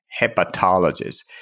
hepatologist